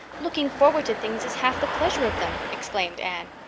looking forward to things is half the pleasure of them, exclaimed anne.